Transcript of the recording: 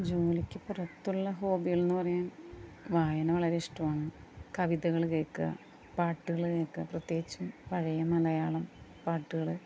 ജോലിക്ക് പുറത്തുള്ള ഹോബികൾ എന്ന് പറയുക വായന വളരെ ഇഷ്ടാമാണ് കവിതകൾ കേൾക്കാം പാട്ടുകൾ കേൾക്കാം പ്രത്യേകിച്ചും പഴയ മലയാളം പാട്ടുകൾ